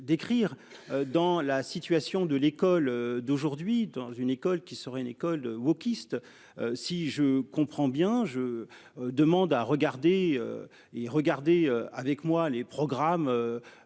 dans la situation de l'école d'aujourd'hui dans une école qui serait une école wokistes. Si je comprends bien, je demande à regarder et regarder avec moi les programmes.